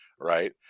right